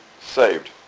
saved